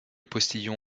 postillon